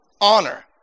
honor